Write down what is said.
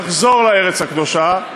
יחזור לארץ הקדושה,